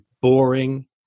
boring